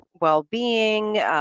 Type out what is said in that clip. well-being